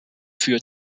für